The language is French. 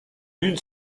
l’une